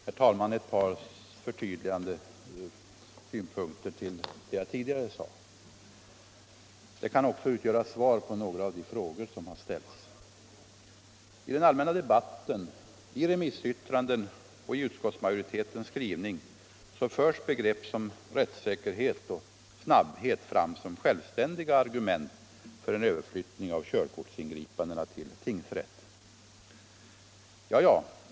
Herr talman! Jag vill lämna ett par förtydligande synpunkter i anslutning till vad jag sade tidigare. De kan också utgöra svar på några av de frågor som har ställts. I den allmänna debatten, i remissyttranden och i utskottsmajoritetens skrivning förs begrepp som ”rättssäkerhet” och ”snabbhet” fram som självständiga argument för en överflyttning av körkortsingripandena till tingsrätt.